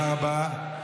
תודה רבה.